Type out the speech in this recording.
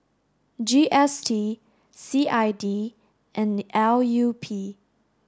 G S T C I D and L U P